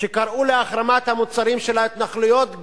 שקראו להחרמת המוצרים של ההתנחלויות,